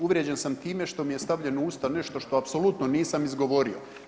Uvrijeđen sam time što mi je stavljeno u usta nešto što apsolutno nisam izgovorio.